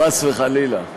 חס וחלילה.